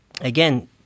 again